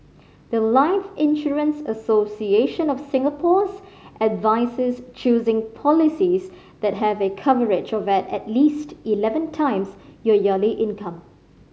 the life Insurance Association of Singapore's advises choosing policies that have a coverage of at least eleven times your yearly income